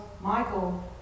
Michael